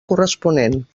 corresponent